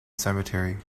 cemetery